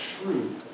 true